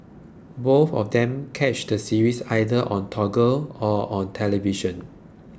both of them catch the series either on Toggle or on television